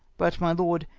but, my lord,